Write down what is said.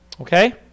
Okay